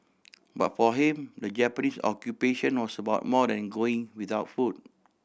but for him the Japanese Occupation was about more than going without food